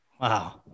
wow